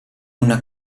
una